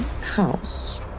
house